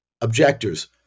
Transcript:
objectors